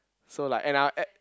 so like and I'll end